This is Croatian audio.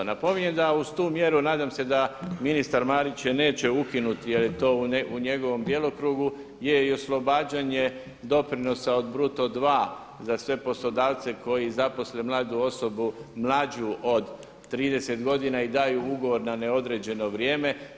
Napominjem da uz tu mjeru, nadam se da ministar Marić je neće ukinuti jer je to u njegovom djelokrugu je i oslobađanje doprinosa od bruto 2 za sve poslodavce koji zaposle mladu osobu, mlađu od 30 godina i daju ugovor na neodređeno vrijeme.